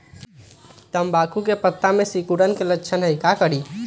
तम्बाकू के पत्ता में सिकुड़न के लक्षण हई का करी?